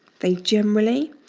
they generally,